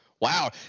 Wow